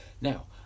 Now